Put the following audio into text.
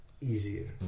easier